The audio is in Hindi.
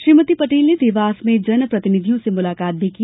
श्रीमती पटेल ने देवास में जनप्रतिनिधियों से मुलाकात भी की